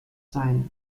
sein